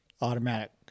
automatic